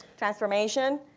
transformation,